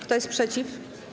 Kto jest przeciw?